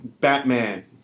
batman